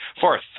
Fourth